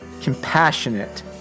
compassionate